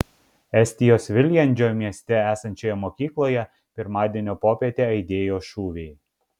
estijos viljandžio mieste esančioje mokykloje pirmadienio popietę aidėjo šūviai